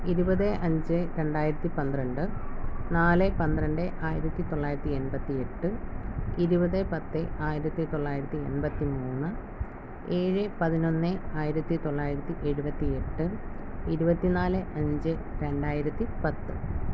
ഇരുപത് അഞ്ച് രണ്ടായിരത്തി പന്ത്രണ്ട് നാല് പന്ത്രണ്ട് ആയിരത്തി തൊള്ളായിരത്തി എൺപത്തിയെട്ട് ഇരുപത് പത്ത് ആയിരത്തി തൊള്ളായിരത്തി എൺപത്തിമൂന്ന് ഏഴ് പതിനൊന്ന് ആയിരത്തി തൊള്ളായിരത്തി എഴുപത്തി എട്ട് ഇരുപത്തിനാല് അഞ്ച് രണ്ടായിരത്തി പത്ത്